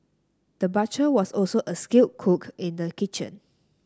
the butcher was also a skilled cook in the kitchen